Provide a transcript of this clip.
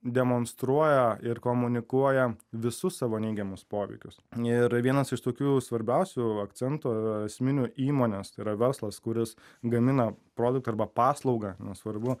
demonstruoja ir komunikuoja visus savo neigiamus poveikius ir vienas iš tokių svarbiausių akcentų esminių įmonės tai yra verslas kuris gamina produktą arba paslaugą nesvarbu